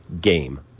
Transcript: game